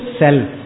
self